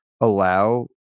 allow